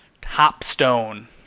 Topstone